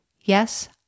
Yes